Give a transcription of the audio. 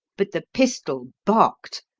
but the pistol barked,